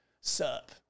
Sup